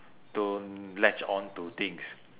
don't latch onto things